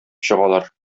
чыгалар